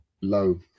low